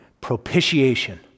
Propitiation